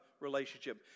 relationship